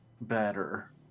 better